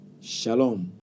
Shalom